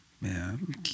Man